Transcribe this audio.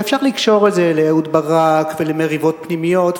ואפשר לקשור את זה לאהוד ברק ולמריבות פנימיות,